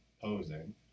posing